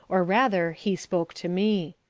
or, rather, he spoke to me.